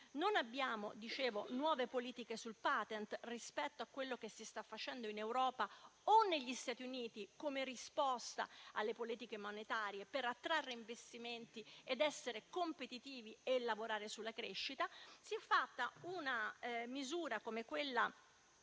non abbiamo nuove politiche sul *patent* rispetto a quello che si sta facendo in Europa o negli Stati Uniti, come risposta alle politiche monetarie per attrarre investimenti, e essere competitivi e lavorare sulla crescita. Si è fatta una misura come quella